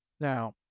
Now